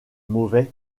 mauvais